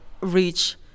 reach